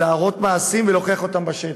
להראות מעשים ולהוכיח אותם בשטח.